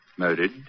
murdered